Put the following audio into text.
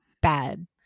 bad